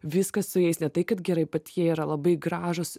viskas su jais ne tai kad gerai bet jie yra labai gražūs